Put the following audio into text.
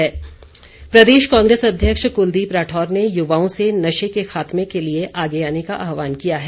कुलदीप राठौर प्रदेश कांग्रेस अध्यक्ष कुलदीप राठौर ने युवाओं से नशे के खात्मे के लिए आगे आने का आहवान किया है